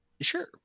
Sure